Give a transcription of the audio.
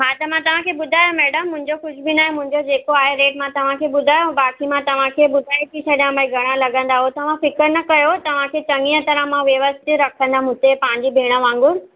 हा त मां तव्हांखे ॿुधायो मैडम मुंहिंजो कुझु बि नाहे मुंहिंजो जेको आहे रेट मां तव्हांखे ॿुधायो बाक़ी मां तव्हांखे बुधाए थी छ्ॾा भई घणा लॻंदा उहो तव्हां फ़िक्रु न कयो तव्हांखे चङीअ तरह मां व्यवस्थित रखंदमि हुते पंहिंजी भेण वांगुरु